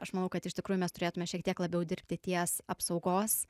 aš manau kad iš tikrųjų mes turėtume šiek tiek labiau dirbti ties apsaugos